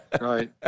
Right